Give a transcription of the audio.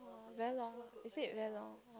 very long is it very long